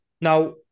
Now